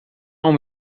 uma